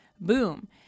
boom